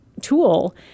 tool